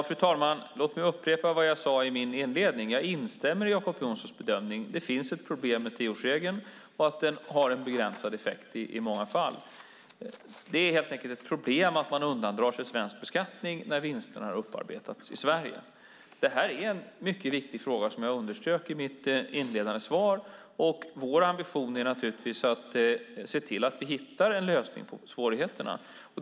Fru talman! Låt mig upprepa vad jag sade i min inledning: Jag instämmer i Jacob Johnsons bedömning. Det finns ett problem med tioårsregeln, och den har i många fall en begränsad effekt. Det är ett problem att man undandrar sig svensk beskattning när vinsterna har upparbetats i Sverige. Detta är en mycket viktig fråga, precis som jag underströk i mitt inledande svar, och vår ambition är naturligtvis att se till att vi hittar en lösning på svårigheterna.